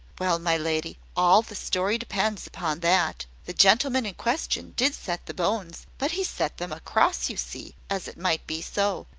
well, my lady, all the story depends upon that. the gentleman in question did set the bones but he set them across, you see as it might be so.